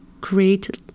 create